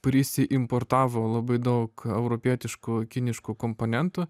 prisiimportavo labai daug europietiškų kiniškų komponentų